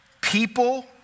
people